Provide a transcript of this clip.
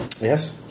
Yes